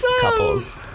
couples